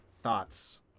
thoughts